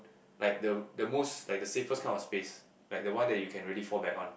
like the the most like the safest kind of space like the one that you can really fall back one